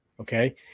okay